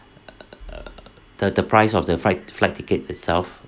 err the the price of the fight flight ticket itself